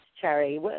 cherry